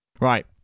Right